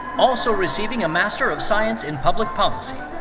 also receiving a master of science in public policy.